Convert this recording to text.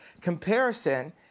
comparison